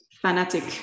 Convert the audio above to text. fanatic